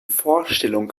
vorstellung